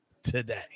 today